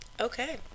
Okay